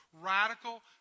radical